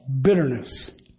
bitterness